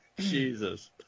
Jesus